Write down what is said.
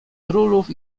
królów